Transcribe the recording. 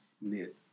knit